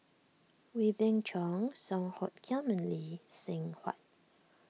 Wee Beng Chong Song Hoot Kiam and Lee Seng Huat